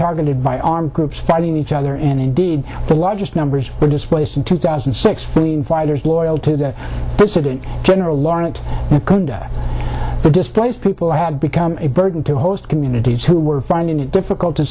targeted by armed groups fighting each other and indeed the largest numbers were displaced in two thousand and six freedom fighters loyal to the dissident general laurent nkunda the displaced people had become a burden to host communities who were finding it difficult to